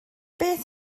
beth